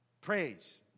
praise